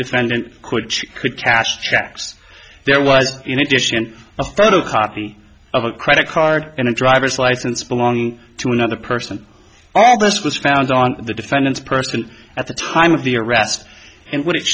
defendant could she could cash checks there was in addition a photocopy of a credit card and a driver's license belong to another person all this was found on the defendant's person at the time of the arrest and what it